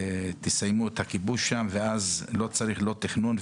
תסיימו את הכיבוש שם ואז לא צריך שם תכנון,